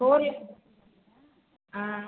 four A ah